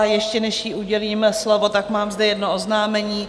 Ještě než jí udělím slovo, mám zde jedno oznámení.